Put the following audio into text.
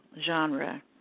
genre